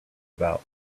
about